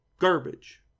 Garbage